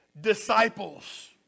disciples